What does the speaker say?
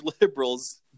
liberals